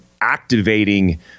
activating